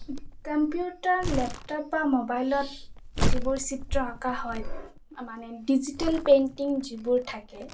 computer laptop বা মোবাইলত যিবোৰ চিত্ৰ অঁকা হয় মানে ডিজিটেল পেইণ্টিং যিবোৰ থাকে